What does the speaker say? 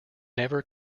never